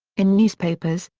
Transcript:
in newspapers,